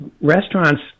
Restaurants